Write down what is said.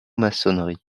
maçonnerie